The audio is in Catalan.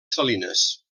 salines